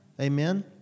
Amen